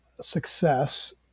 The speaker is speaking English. success